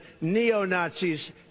neo-nazis